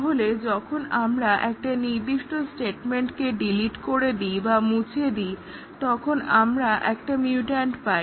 তাহলে যখন আমরা একটা নির্দিষ্ট স্টেটমেন্টকে ডিলিট করে দিই বা মুছে দিই তখন আমরা একটা মিউট্যান্ট পাই